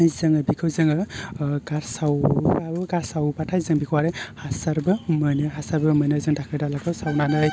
जोङो बेखौ जोङो गारस्राव गारस्रावोब्लाथाय जों बेखौ आरो हासारबो मोनो हासारबो मोनो जों दाखोर दालाखौ सावनानै